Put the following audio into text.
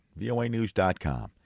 voanews.com